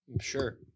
Sure